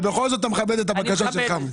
ובכל זאת אתה מכבד את הבקשה של חמד.